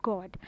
God